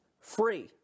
free